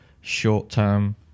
short-term